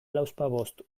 lauzpabost